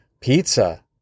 pizza